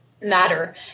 matter